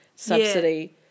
Subsidy